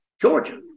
Georgia